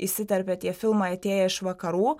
įsiterpia tie filmai atėję iš vakarų